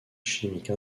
chimiques